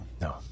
No